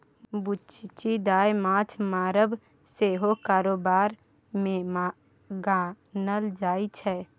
बुच्ची दाय माँछ मारब सेहो कारोबार मे गानल जाइ छै